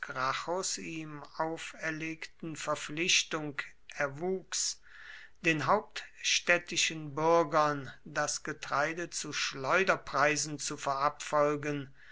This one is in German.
ihm auferlegten verpflichtung erwuchs den hauptstädtischen bürgern das getreide zu schleuderpreisen zu